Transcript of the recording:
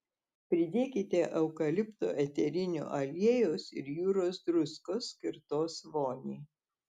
pridėkite eukalipto eterinio aliejaus ir jūros druskos skirtos voniai